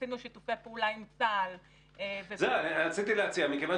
עשינו שיתוף פעולה עם צה"ל --- רציתי להציע מכיוון